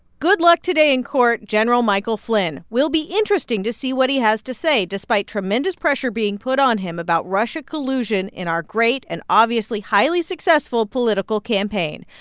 good luck today in court, general michael flynn. will be interesting to see what he has to say. despite tremendous pressure being put on him about russia collusion in our great and obviously highly successful political campaign,